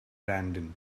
brandon